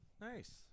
Nice